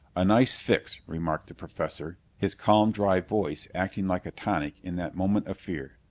a nice fix, remarked the professor, his calm, dry voice acting like a tonic in that moment of fear.